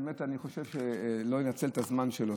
אני לא אנצל את הזמן שלו.